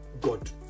God